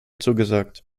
zugesagt